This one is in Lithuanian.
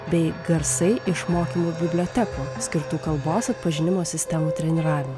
bei garsai iš mokymų bibliotekų skirtų kalbos atpažinimo sistemų treniravimui